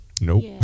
nope